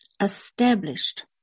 established